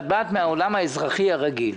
באת מהעולם האזרחי הרגיל.